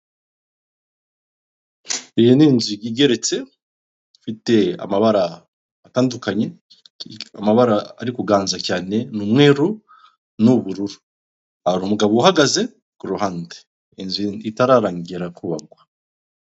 Iyi ni inzu igeretse, ifite amabara atandukanye, amabara ari kuganza cyane ni umweru n'ubururu, hari umugabo uhagaze ku ruhande, inzu itararangira kubakwa.